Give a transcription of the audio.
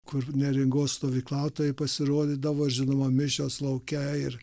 kur neringos stovyklautojai pasirodydavo žinoma mišios lauke ir